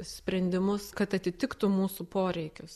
sprendimus kad atitiktų mūsų poreikius